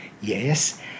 yes